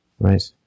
Right